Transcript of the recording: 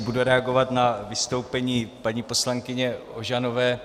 Budu reagovat na vystoupení paní poslankyně Ožanové.